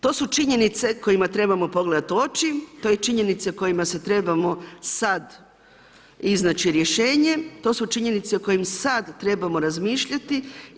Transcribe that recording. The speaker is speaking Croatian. To su činjenice kojima trebamo pogledati u oči, to je činjenica o kojima se trebamo, sad iznaći rješenje, to su činjenice o kojima sada trebamo razmišljati.